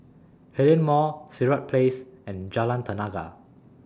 Hillion Mall Sirat Place and Jalan Tenaga